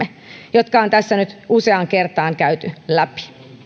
jotka on tässä nyt useaan kertaan käyty läpi